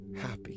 happy